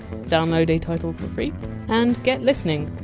download a title free and get listening.